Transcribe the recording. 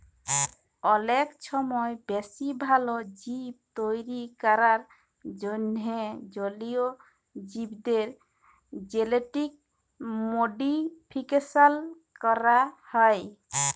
অলেক ছময় বেশি ভাল জীব তৈরি ক্যরার জ্যনহে জলীয় জীবদের জেলেটিক মডিফিকেশল ক্যরা হ্যয়